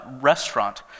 restaurant